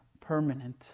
permanent